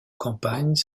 campagnes